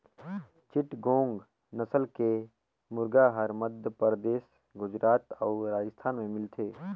चिटगोंग नसल के मुरगा हर मध्यपरदेस, गुजरात अउ राजिस्थान में मिलथे